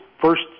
first